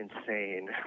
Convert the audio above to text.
insane –